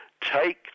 Take